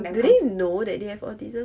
do they know that they have autism